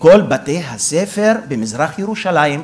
בכל בתי-הספר במזרח-ירושלים,